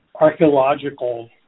archaeological